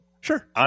sure